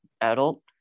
adult